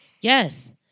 Yes